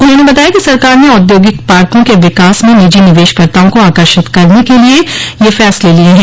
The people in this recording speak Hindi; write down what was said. उन्होंने बताया कि सरकार ने औद्योगिक पार्को के विकास में निजी निवेशकर्ताओं को आकर्षित करने के लिए यह फैसले लिये हैं